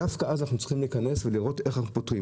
דווקא אז אנחנו צריכים להיכנס ולראות איך אנחנו פותרים.